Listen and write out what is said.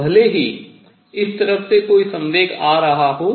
तो भले ही इस तरफ से कोई संवेग आ रहा हो